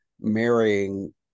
marrying